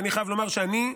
ואני חייב לומר שאני,